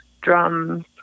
drums